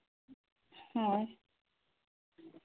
ᱦᱳᱭ